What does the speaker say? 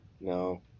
No